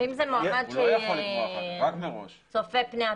ואם זה מועמד שצופה פני עתיד?